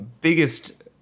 biggest